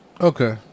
okay